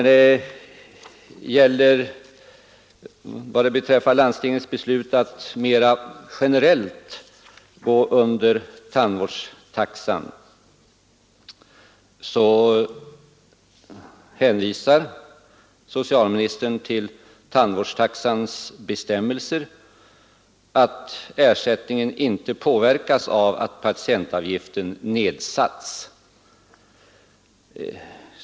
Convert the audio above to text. Vad beträffar landstingens beslut att mera generellt gå under tandvårdstaxan hänvisar socialministern till tandvårdstaxans bestämmelser att ersättningen inte påverkas av att patientavgiften nedsatts.